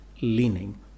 leaning